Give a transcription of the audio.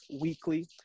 weekly